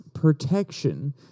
Protection